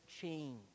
change